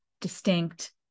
distinct